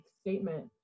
statement